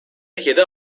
yedi